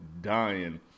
dying